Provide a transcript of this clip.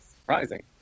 surprising